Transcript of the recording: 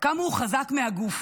כמה הוא חזק מהגוף,